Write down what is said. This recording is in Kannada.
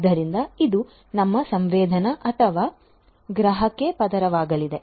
ಆದ್ದರಿಂದ ಇದು ನಮ್ಮ ಸಂವೇದನೆ ಅಥವಾ ಗ್ರಹಿಕೆ ಪದರವಾಗಲಿದೆ